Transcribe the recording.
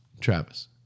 Travis